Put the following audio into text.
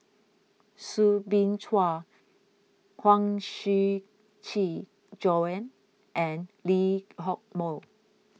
Soo Bin Chua Huang Shiqi Joan and Lee Hock Moh